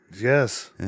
Yes